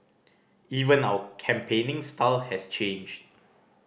even our campaigning style has changed